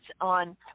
on